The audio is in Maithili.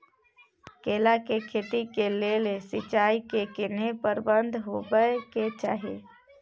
केला के खेती के लेल सिंचाई के केहेन प्रबंध होबय के चाही?